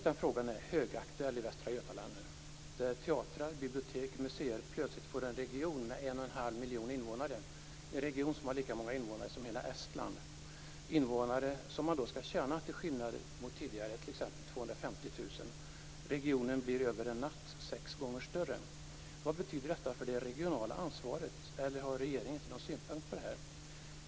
Denna fråga är nu högaktuell i Västra Götaland, där teatrar, bibliotek och museer plötsligt skall betjäna en hel region med 1 1⁄2 miljon invånare, en region som har lika många invånare som hela Estland. Tidigare hade man 250 000 invånare att betjäna. Regionen blir nu över en natt sex gånger större. Vad betyder detta för det regionala ansvaret, eller har regeringen ingen synpunkt på detta?